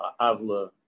avla